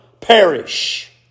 perish